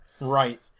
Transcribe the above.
Right